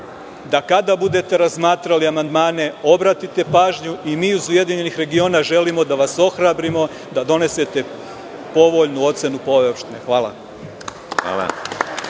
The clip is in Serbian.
da kada budete razmatrali amandmane obratite pažnju i mi iz URS želimo da vas ohrabrimo da donesete povoljnu ocenu po ove opštine. Hvala.